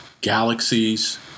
galaxies